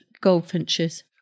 goldfinches